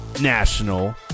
national